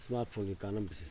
smart ꯐꯣꯟꯒꯤ ꯀꯥꯟꯅꯕꯁꯦ